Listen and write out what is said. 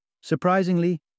Surprisingly